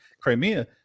Crimea